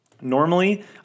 Normally